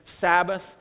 Sabbath